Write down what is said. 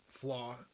Flaw